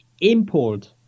import